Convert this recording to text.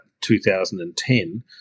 2010